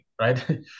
right